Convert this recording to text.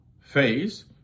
phase